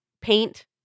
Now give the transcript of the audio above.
paint